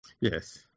Yes